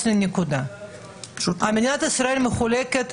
תשתית לאומיים מיוחדים ושירותי דת יהודיים): מדינת ישראל מחולקת